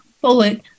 bullet